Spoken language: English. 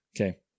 okay